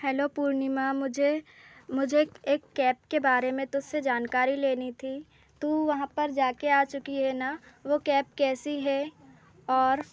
hello Purnima मुझे मुझे एक कैब के बारे में तुझसे जानकारी लेनी थी तू वहाँ पर जाके आ चुकी है ना वो कैब कैसी है और